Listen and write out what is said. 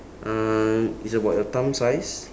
um it's about your thumb size